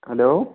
hello